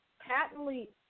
patently